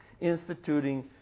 instituting